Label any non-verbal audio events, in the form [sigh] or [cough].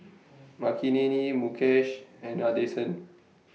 [noise] Makineni Mukesh and Nadesan